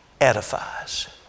edifies